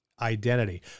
identity